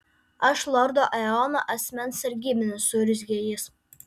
aš lordo eono asmens sargybinis suurzgė jis